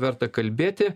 verta kalbėti